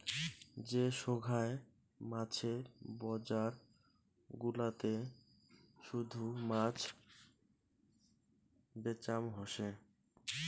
যে সোগায় মাছের বজার গুলাতে শুধু মাছ বেচাম হসে